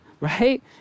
right